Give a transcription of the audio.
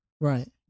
Right